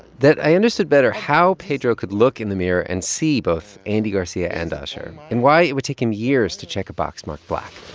that i understood better how pedro could look in the mirror and see both andy garcia and usher and why it would take him years to check a box marked black